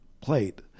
plate